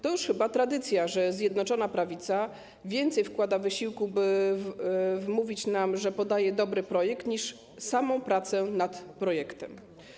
To już chyba tradycja, że Zjednoczona Prawica więcej wkłada wysiłku, by wmówić nam, że podaje dobry projekt, niż samą pracę nad projektem.